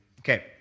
Okay